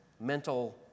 mental